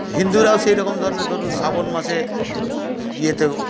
হিন্দুরাও সেইরকম ধরনের ধরুন শ্রাবণ মাসে ইয়েতে